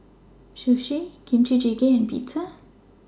Sushi Kimchi Jjigae and Pizza